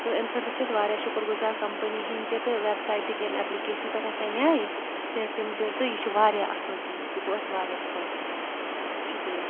تہٕ اَمہِ خٲطرٕ چھِ أسۍ واریاہ شکر گُزار کَمپٔنی ہِنٛدۍ تہِ تہٕ ویٚب سایٹٕکۍ اَمہِ ایپلِکیشنہٕ پٮ۪ٹھ اسہِ اَنیٛاے تہِ تِم تہِ تہٕ یہِ چھُ واریاہ اصٕل چیٖز یہِ گوٚو اسہِ واریاہ خۄش شُکریہ